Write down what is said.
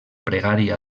pregària